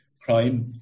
crime